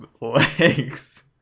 legs